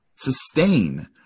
Sustain